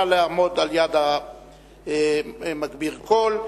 נא לעמוד ליד מגביר הקול,